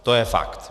To je fakt.